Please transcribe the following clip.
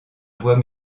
voie